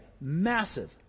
Massive